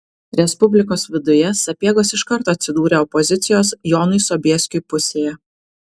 respublikos viduje sapiegos iš karto atsidūrė opozicijos jonui sobieskiui pusėje